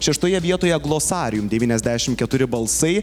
šeštoje vietoje glossarium devyniasdešimt keturi balsai